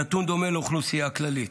נתון דומה לאוכלוסייה הכללית.